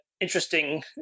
interesting